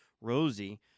Rosie